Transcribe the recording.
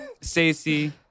Stacy